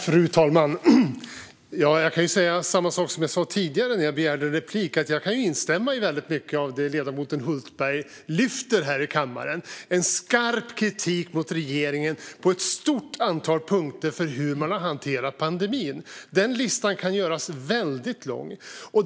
Fru talman! Jag kan säga samma sak som jag sa tidigare när jag begärde replik, nämligen att jag kan instämma i väldigt mycket av det som ledamoten Hultberg lyfter fram här i kammaren - en skarp kritik mot regeringen på ett stort antal punkter när det gäller hur man har hanterat pandemin. Den listan kan göras väldigt lång.